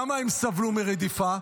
למה הם סבלו מרדיפה?